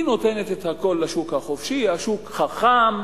היא נותנת את הכול לשוק החופשי, השוק חכם,